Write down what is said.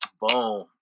Boom